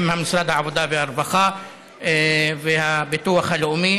עם משרד העבודה והרווחה ועם הביטוח הלאומי,